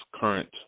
current